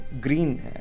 green